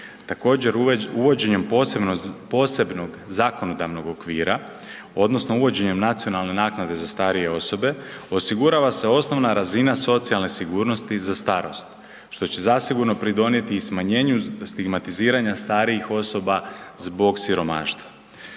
Također uvođenjem posebnog zakonodavnog okvira odnosno uvođenjem nacionalne naknade za starije osobe osigurava se osnovna razina socijalne sigurnosti za starost što će zasigurno pridonijeti i smanjenju stigmatiziranja starijih osoba zbog siromaštva.